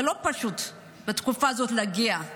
זה לא פשוט בתקופה הזו להגיע.